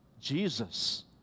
Jesus